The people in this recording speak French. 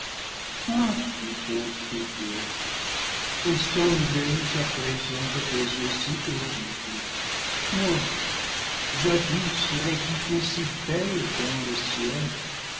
et semblé je à présent à tes yeux si horrible moi jadis réputée si belle dans le ciel